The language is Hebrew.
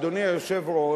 אדוני היושב-ראש,